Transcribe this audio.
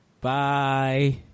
Bye